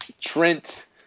Trent